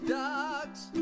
dogs